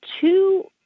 two